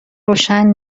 روشن